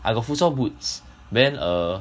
I got futsal boots then err